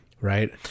Right